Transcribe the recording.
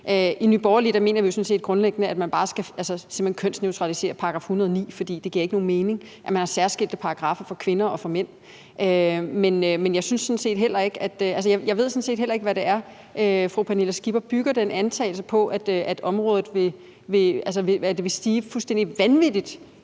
I Nye Borgerlige mener vi sådan set grundlæggende, at man simpelt hen bare skal kønsneutralisere § 109, for det giver ikke nogen mening, at man har særskilte paragraffer for kvinder og for mænd. Men jeg ved sådan set heller ikke, hvad det er, fru Pernille Skipper bygger den antagelse på, at udgifterne på området vil stige fuldstændig vanvittigt,